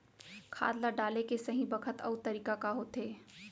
खाद ल डाले के सही बखत अऊ तरीका का होथे?